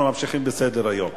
אנחנו ממשיכים בסדר-היום.